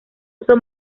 uso